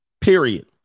Period